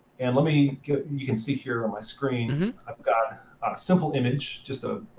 and let me you can see here, on my screen, i've got a simple image, just a